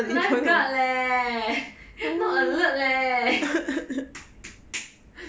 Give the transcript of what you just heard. lifeguard leh not alert leh